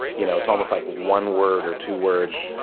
you know, it's almost like one word or two words.